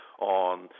on